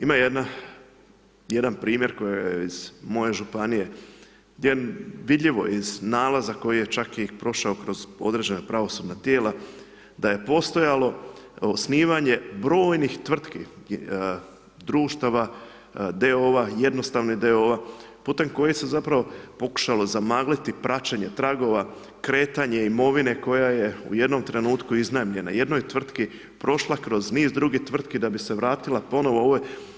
Ima jedan primjer koji iz moje županije gdje je vidljivo iz nalaza, koji je čak i prošao kroz određena pravosudna tijela, da je postojalo osnivanje brojnih tvrtki i društava d.o.o. j.d.o.o. putim kojim se pokušalo zamagliti praćenje tragova, kretanje imovine koja je u jednom trenutku iznajmljeno, u jednoj tvrtki, prošla kroz niz drugih tvrtki, da bi se vratila ponovno u ovoj.